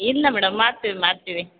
ಇಲ್ಲ ಮೇಡಮ್ ಮಾಡ್ತೀವಿ ಮಾಡ್ತೀವಿ